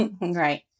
Right